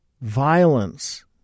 violence